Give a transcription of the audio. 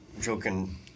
joking